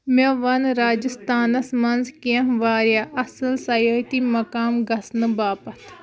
مےٚ وَن راجِستانس منٛز کینٛہہ واریاہ اصٕل سیٲحتی مقام گژھنہٕ باپتھ